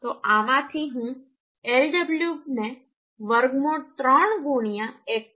તો આમાંથી હું Lw ને વર્ગમૂળ 3 1